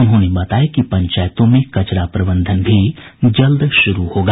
उन्होंने बताया कि पंचायतों में कचरा प्रबंधन भी जल्द शुरू होगा